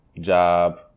job